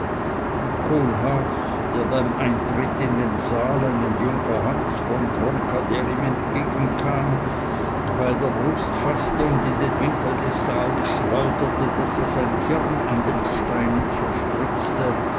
kohlhaas der beim eintritt in den saal einen junker hans von tronka der ihm entgegen kam bei der brust faßte und in den winkel des saals schleuderte daß er sein hirn an den steinen